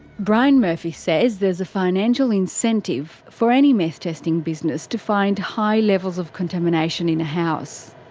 brian murphy says there's a financial incentive for any meth testing business to find high levels of contamination in a house.